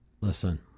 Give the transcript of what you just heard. listen